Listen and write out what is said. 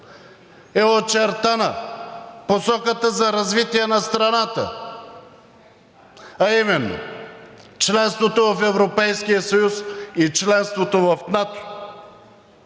е очертана посоката за развитие на страната, а именно членството в Европейския съюз и членството в НАТО,